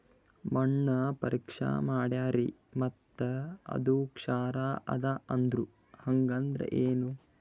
ಮಣ್ಣ ಪರೀಕ್ಷಾ ಮಾಡ್ಯಾರ್ರಿ ಮತ್ತ ಅದು ಕ್ಷಾರ ಅದ ಅಂದ್ರು, ಹಂಗದ್ರ ಏನು?